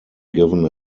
given